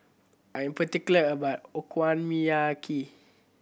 I am particular about Okonomiyaki